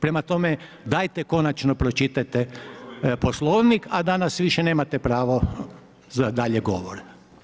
Prema tome, dajte konačno pročitajte poslovnik, a danas više nemate pravo za dalje govor.